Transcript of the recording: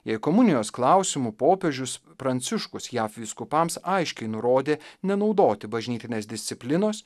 jei komunijos klausimu popiežius pranciškus jav vyskupams aiškiai nurodė nenaudoti bažnytinės disciplinos